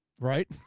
Right